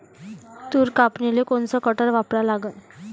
तूर कापनीले कोनचं कटर वापरा लागन?